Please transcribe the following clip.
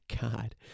god